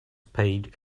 paid